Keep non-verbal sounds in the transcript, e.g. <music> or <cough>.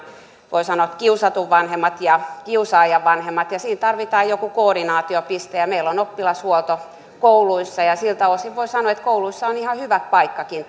voi sanoa kiusatun vanhemmat ja kiusaajan vanhemmat siinä tarvitaan joku koordinaatiopiste meillä on oppilashuolto kouluissa ja siltä osin voi sanoa että kouluissa on ihan hyvä paikkakin <unintelligible>